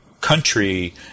country